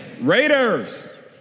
Raiders